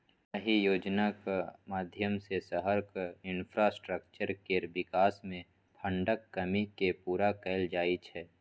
अहि योजनाक माध्यमसँ शहरक इंफ्रास्ट्रक्चर केर बिकास मे फंडक कमी केँ पुरा कएल जाइ छै